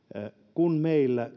kun meillä